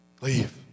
leave